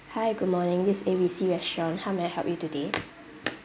hi good morning this is A B C restaurant how may I help you today